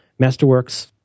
Masterworks